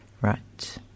right